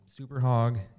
Superhog